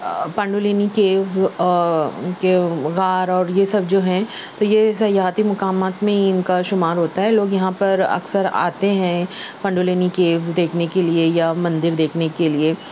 پنڈولینی کے کے غار اور یہ سب جو ہیں تو یہ سیاحتی مقامات میں ہی ان کا شمار ہوتا ہے لوگ یہاں پر اکثر آتے ہیں پنڈولینی کے دیکھنے کے لئے یا مندر دیکھنے کے لئے